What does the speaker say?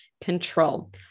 control